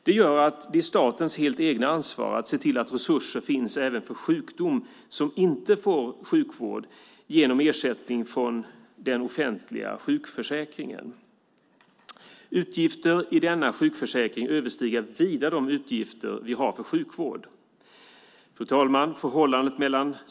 Det gör att det är statens helt egna ansvar att se till att resurser finns även för sjukdom där man inte får sjukvård, genom ersättning från den offentliga sjukförsäkringen. Utgifter i denna sjukförsäkring överstiger vida de utgifter vi har för sjukvård. Fru talman!